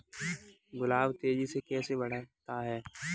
गुलाब तेजी से कैसे बढ़ता है?